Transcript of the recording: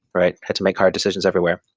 right? had to make hard decisions everywhere.